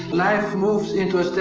life moves into a